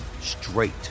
straight